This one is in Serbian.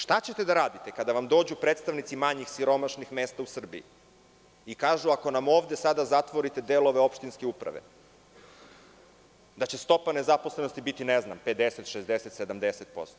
Šta ćete da radite kada vam dođu predstavnici manjih, siromašnih mesta u Srbiji i kažu – ako nam ovde sada zatvorite delove opštinske uprave, stopa zaposlenosti će biti 50, 60, 70%